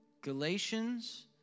Galatians